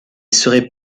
seraient